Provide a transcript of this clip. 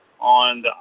On